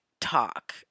talk